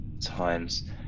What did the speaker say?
times